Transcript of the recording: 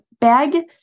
bag